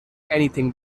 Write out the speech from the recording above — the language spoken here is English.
anything